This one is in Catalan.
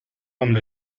amb